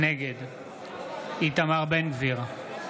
נגד איתמר בן גביר,